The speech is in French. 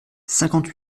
cinquante